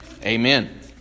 Amen